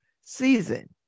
season